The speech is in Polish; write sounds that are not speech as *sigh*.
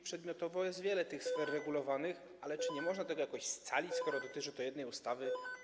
Przedmiotowo wiele tych sfer *noise* jest regulowanych, ale czy nie można tego jakoś scalić, skoro dotyczy to jednej ustawy?